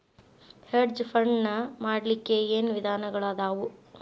Hedge fund ನ ಮಾಡ್ಲಿಕ್ಕೆ ಏನ್ ವಿಧಾನಗಳದಾವು?